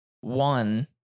one